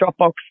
Dropbox